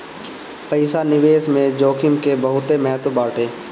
पईसा निवेश में जोखिम के बहुते महत्व बाटे